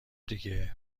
دیگه